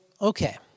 okay